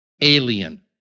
alien